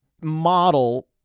model